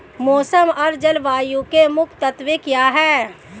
मौसम और जलवायु के मुख्य तत्व क्या हैं?